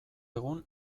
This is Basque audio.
egun